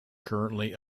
currently